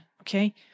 Okay